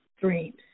dreams